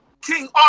King